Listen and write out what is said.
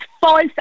false